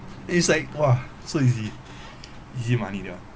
and it's like !wah! so easy easy money that one